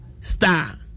star